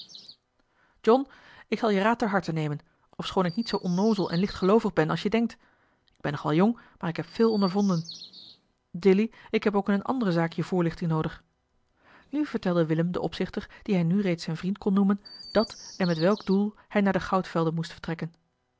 john ik zal je raad ter harte nemen ofschoon ik niet zoo onnoozel en lichtgeloovig ben als je denkt ik ben nog wel jong maar ik heb veel ondervonden dilly ik heb ook in eene andere zaak je voorlichting noodig nu vertelde willem den opzichter dien hij nu reeds zijn vriend kon noemen dat en met welk doel hij naar de goudvelden moest vertrekken